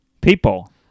People